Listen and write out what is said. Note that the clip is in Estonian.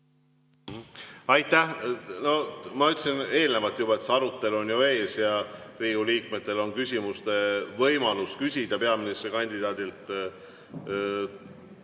Aitäh!